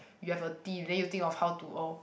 you have a theme then you think of how to oh